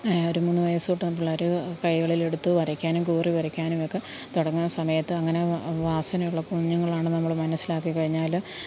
ഒരു മൂന്ന് വയസ്സ് തൊട്ടാണ് പിള്ളേര് കൈകളിലെടുത്ത് വരയ്ക്കാനും കോറി വരയ്ക്കാനുമൊക്കെ തുടങ്ങുന്ന സമയത്ത് അങ്ങനെ വാ വാസനയുള്ള കുഞ്ഞങ്ങളാണെന്ന് നമ്മള് മനസ്സിലാക്കി കഴിഞ്ഞാല്